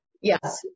Yes